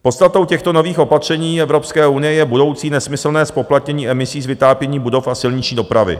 Podstatou těchto nových opatření Evropské unie je budoucí nesmyslné zpoplatnění emisí z vytápění budov a silniční dopravy.